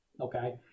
okay